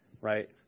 right